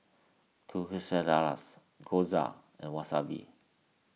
Quesadillas Gyoza and Wasabi